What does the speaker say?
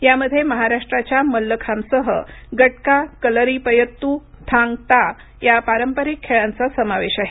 यामध्ये महाराष्ट्राच्या मल्लखांबसह गटका कलरीपयत्तू थांग ता या पारंपरिक खेळांचा समावेश आहे